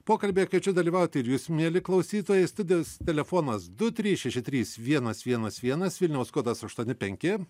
pokalbyje kviečiu dalyvauti ir jūs mieli klausytojai studijos telefonas du trys šeši trys vienas vienas vienas vilniaus kodas aštuoni penki